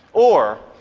or,